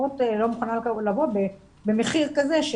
אחות לא מוכנה לעבוד במחיר כזה.